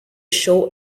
show